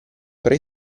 pre